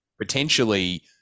potentially